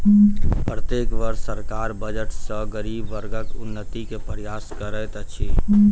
प्रत्येक वर्ष सरकार बजट सॅ गरीब वर्गक उन्नति के प्रयास करैत अछि